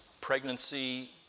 Pregnancy